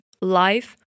life